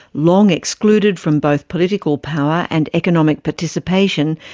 long excluded from both political power and economic participation,